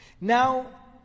Now